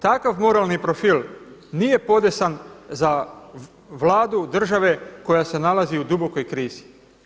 Takav moralni profil nije podesan za Vladu države koja se nalazi u dubokoj krizi.